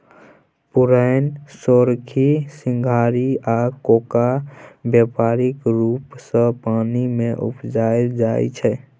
पुरैण, सोरखी, सिंघारि आ कोका बेपारिक रुप सँ पानि मे उपजाएल जाइ छै